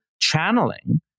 channeling